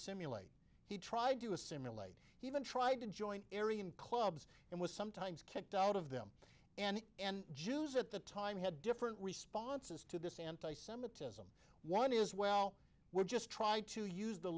assimulate he tried to assimilate he even tried to join arion clubs and was sometimes kicked out of them and and jews at the time had different responses to this anti semitism one is well we're just try to use the